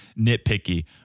nitpicky